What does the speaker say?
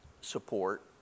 support